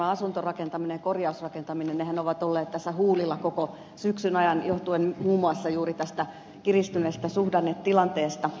asuntorakentaminen korjausrakentaminen ovat olleet tässä huulilla koko syksyn ajan johtuen muun muassa juuri tästä kiristyneestä suhdannetilanteesta